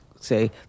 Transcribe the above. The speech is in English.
say